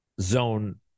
zone